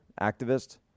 activist